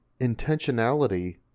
intentionality